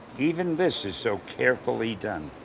even this is so carefully done.